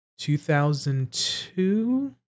2002